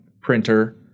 printer